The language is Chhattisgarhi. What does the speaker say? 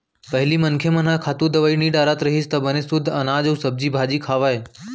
पहिली मनखे मन ह खातू, दवई नइ डारत रहिस त बने सुद्ध अनाज अउ सब्जी भाजी खावय